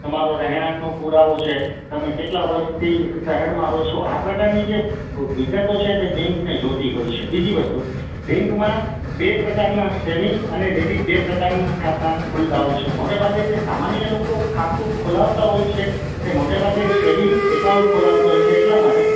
તમારો રહેણાંકનો પુરાવો છે તમે કેટલા વર્ષથી શહેરમાં રહો છો આ પ્રકારની જે વિગતો છે તે બેંકને જોઈતી હોય છે બીજી વસ્તુ બેંકમાં બે પ્રકારનાં સેવિંગ અને ડેબિટ બે પ્રકારનાં ખાતાં ખૂલતાં હોય છે મોટેભાગે જે સામાન્ય લોકો ખાતું ખોલાવતા હોય છે તે મોટે ભાગે સેવિંગ એકાઉન્ટ ખોલાવતાં હોય છે એટલા માટે